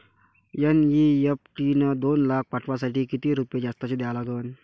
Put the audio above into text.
NEFT न दोन लाख पाठवासाठी किती रुपये जास्तचे द्या लागन?